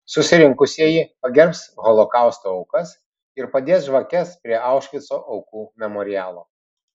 susirinkusieji pagerbs holokausto aukas ir padės žvakes prie aušvico aukų memorialo